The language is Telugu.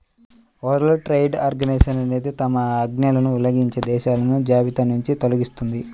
వరల్డ్ ట్రేడ్ ఆర్గనైజేషన్ అనేది తమ ఆజ్ఞలను ఉల్లంఘించే దేశాలను జాబితానుంచి తొలగిస్తుంది